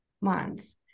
months